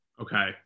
Okay